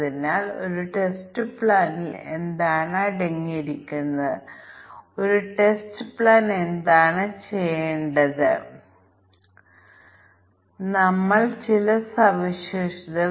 അതിനാൽ ഞങ്ങൾക്ക് 10 ടെസ്റ്റ് കേസുകൾ ആവശ്യമാണ് തുടർന്ന് ഇതിന്റെ പ്രതിനിധിയായ ഒന്ന് ഞങ്ങൾക്ക് ആവശ്യമാണ്